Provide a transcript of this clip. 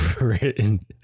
Written